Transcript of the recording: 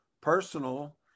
personal